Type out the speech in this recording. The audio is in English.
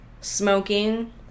smoking